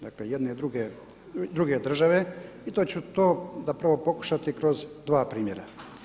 Dakle, jedne druge države i to ću to zapravo pokušati kroz dva primjera.